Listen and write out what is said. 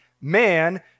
man